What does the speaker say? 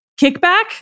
kickback